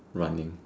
running